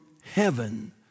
heaven